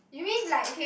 you mean like he will